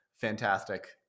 fantastic